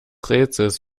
rätsels